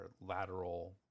lateral